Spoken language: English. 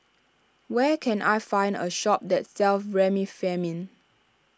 where can I find a shop that sells Remifemin